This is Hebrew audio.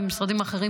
ומשרדים אחרים,